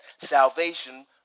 salvation